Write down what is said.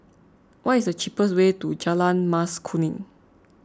what is the cheapest way to Jalan Mas Kuning